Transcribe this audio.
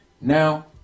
Now